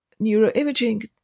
neuroimaging